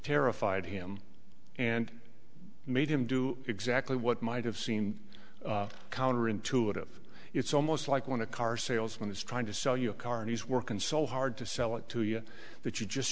terrified him and made him do exactly what might have seem counter intuitive it's almost like when a car salesman is trying to sell you a car and he's working so hard to sell it to you that you're just